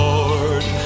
Lord